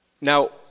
Now